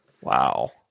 Wow